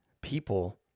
people